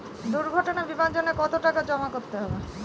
দুর্ঘটনা বিমার জন্য কত টাকা জমা করতে হবে?